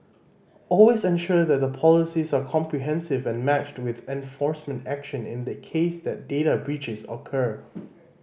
always ensure that the policies are comprehensive and matched with enforcement action in the case that data breaches occur